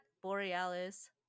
borealis